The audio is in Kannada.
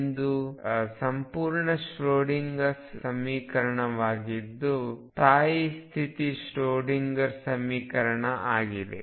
ಇದು ಸಂಪೂರ್ಣ ಶ್ರೊಡಿಂಗರ್ ಸಮೀಕರಣವಾಗಿದ್ದುಸ್ಥಾಯಿ ಸ್ಥಿತಿ ಶ್ರೊಡಿಂಗರ್ ಸಮೀಕರಣ ಆಗಿದೆ